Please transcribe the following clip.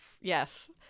Yes